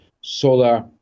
solar